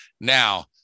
Now